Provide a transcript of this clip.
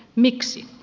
miksi